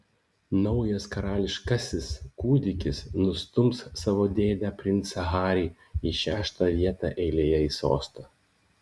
naujas karališkasis kūdikis nustums savo dėdę princą harį į šeštą vietą eilėje į sostą